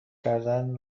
کردن